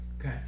Okay